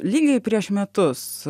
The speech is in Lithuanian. lygiai prieš metus